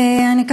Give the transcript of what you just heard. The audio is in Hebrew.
אני,